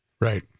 Right